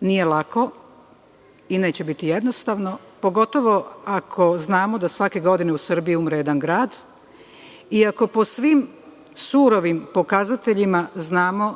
Nije lako i neće biti jednostavno, pogotovo ako znamo da svake godine u Srbiji umre jedan grad i ako po svim surovim pokazateljima znamo